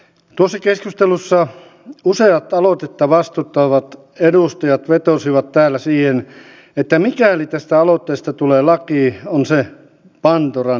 tuossa keskustelussa useat aloitetta vastustavat edustajat vetosivat täällä siihen että mikäli tästä aloitteesta tulee laki on se pandoran lippaan avaamista